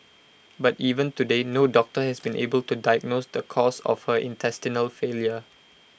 but even today no doctor has been able to diagnose the cause of her intestinal failure